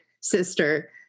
sister